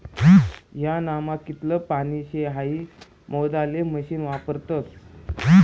ह्यानामा कितलं पानी शे हाई मोजाले मशीन वापरतस